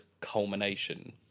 culmination